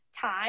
time